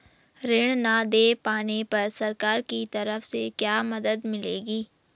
ऋण न दें पाने पर सरकार की तरफ से क्या मदद मिलेगी?